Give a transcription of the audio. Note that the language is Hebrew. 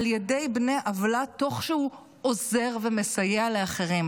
על ידי בני עוולה, תוך שהוא עוזר ומסייע לאחרים.